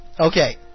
Okay